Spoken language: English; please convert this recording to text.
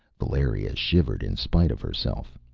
valeria shivered in spite of herself.